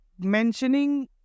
Mentioning